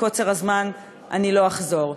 ומקוצר הזמן אני לא אחזור.